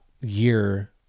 year